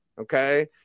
Okay